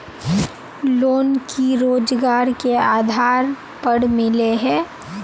Loan की रोजगार के आधार पर मिले है?